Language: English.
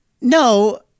No